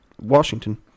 Washington